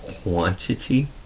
quantity